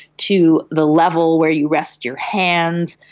to the level where you rest your hands,